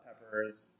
peppers